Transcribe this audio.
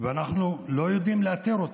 ואנחנו לא יודעים לאתר אותם,